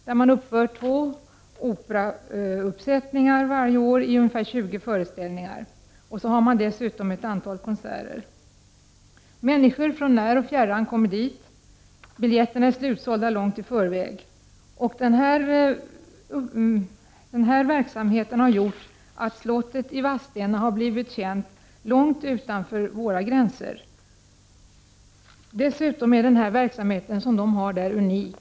Varje år genomför man två operauppsättningar som ges i ungefär 20 föreställningar. Dessutom äger ett antal konserter rum. Biljetterna är slutsålda långt i förväg, och människor kommer från n ir och fjärran. en här verksamheten har gjort slottet i Vadstena känt långt utanför vårt lands gränser.